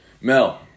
Mel